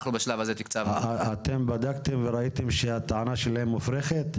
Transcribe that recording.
אנחנו בשלב הזה תקצבנו --- אתם בדקתם וראיתם שהטענה שלהם מופרכת?